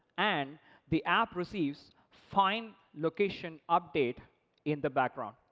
and the app receives fine location update in the background.